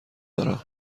دارم